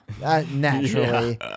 Naturally